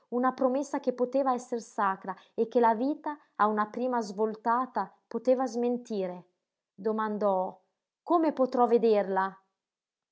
una promessa che poteva esser sacra e che la vita a una prima svoltata poteva smentire domandò come potrò vederla